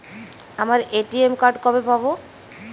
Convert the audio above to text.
আমার ATM card কবে পাব?